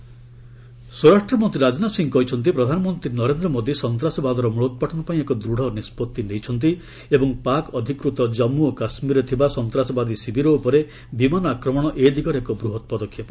Rajnath Singh NIA ସ୍ୱରାଷ୍ଟ୍ର ମନ୍ତ୍ରୀ ରାଜନାଥ ସିଂ କହିଛନ୍ତି ପ୍ରଧାନମନ୍ତ୍ରୀ ନରେନ୍ଦ୍ର ମୋଦି ସନ୍ତାସବାଦର ମୃଳୋର୍ପାଟନପାଇଁ ଏକ ଦୂଡ଼ ନିଷ୍ପଭି ନେଇଛନ୍ତି ଏବଂ ପାକ୍ ଅଧିକୃତ କଜ୍ମୁ ଓ କାଶ୍କୀରରେ ଥିବା ସନ୍ତାସବାଦୀ ଶିବିର ଉପରେ ବିମାନ ଆକ୍ରମଣ ଏ ଦିଗରେ ଏକ ବୃହତ୍ ପଦକ୍ଷେପ